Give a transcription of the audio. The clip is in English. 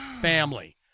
family